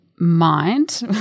mind